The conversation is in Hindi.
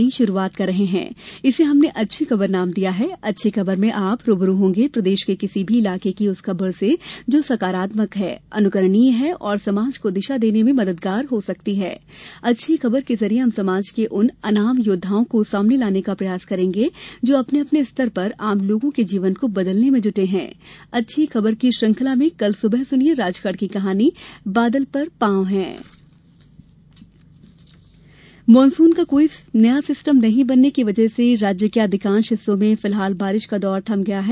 प्रादेशिक समाचार नई खबर कल रविवार से हम प्रादेशिक समाचारों में एक नई शुरुआत कर रहे है इसे हमने अच्छी खबर नाम दिया है अच्छी खबर में आप रूबरू होंगे प्रदेश के किसी भी इलाके की उस खबर से जो सकारात्मक है अनुकरणीय है और समाज को दिशा देने में मददगार हो सकती है अच्छी खबर के जरिये हम समाज के उन अनाम योद्वाओं को सामने लाने का प्रयास करेंगे जो अपने अपने स्तर पर आम लोगों के जीवन को बदलने में जुटे हैं अच्छी खबर की श्रृंखला में कल सुबह सुनिए राजगढ़ की कहानी बादल पर पाँव हैं मौसम मानसून का कोई सिस्टम सक्रिय न होने की वजह से राज्य के अधिकांश हिस्सों में फिलहाल बारिश का दौर थमा हुआ है